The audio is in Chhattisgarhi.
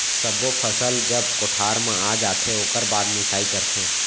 सब्बो फसल जब कोठार म आ जाथे ओकर बाद मिंसाई करथे